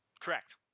Correct